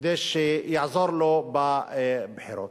כדי שתעזור לו בבחירות.